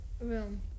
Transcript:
room